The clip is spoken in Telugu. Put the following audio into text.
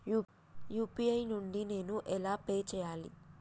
యూ.పీ.ఐ నుండి నేను ఎలా పే చెయ్యాలి?